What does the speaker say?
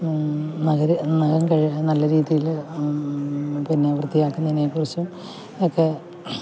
നഖം കഴുകി നല്ല രീതിയിൽ പിന്നെ വൃത്തിയാക്കുന്നതിനെക്കുറിച്ച് ഒക്കെ